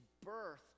birth